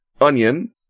onion